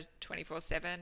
24-7